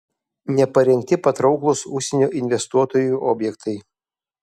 neparengti patrauklūs užsienio investuotojui objektai